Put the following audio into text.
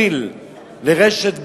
שבמקביל לרשת ב'